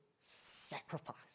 sacrifice